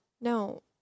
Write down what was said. No